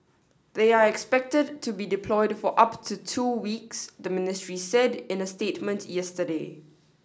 they are expected to be deployed for up to two weeks the ministry said in a statement yesterday